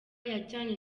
yajyanye